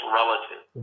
relative